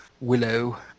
Willow